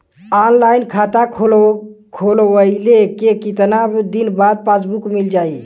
Online खाता खोलवईले के कितना दिन बाद पासबुक मील जाई?